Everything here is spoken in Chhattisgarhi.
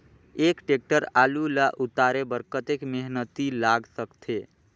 एक टेक्टर आलू ल उतारे बर कतेक मेहनती लाग सकथे?